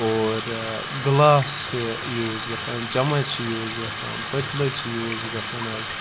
اور گِلاس چھِ یوٗز گژھان چَمَچ چھِ یوٗز گژھان پٔتلہٕ چھِ یوٗز گژھان حظ